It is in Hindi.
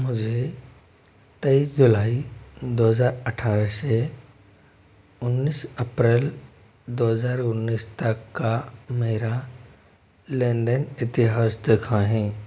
मुझे तेईस जुलाई दो हज़ार अट्ठारह से उन्नीस अप्रैल दो हज़ार उन्नीस तक का मेरा लेन देन इतिहास दिखाएँ